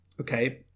Okay